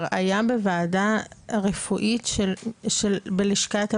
היה בוועדה הרפואית בלשכת הבריאות,